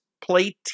play